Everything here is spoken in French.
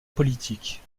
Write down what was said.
politique